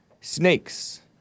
Snakes